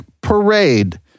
parade